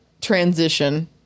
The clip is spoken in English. transition